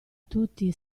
tutti